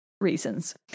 reasons